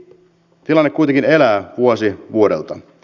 tilanne kuitenkin elää vuosi vuodelta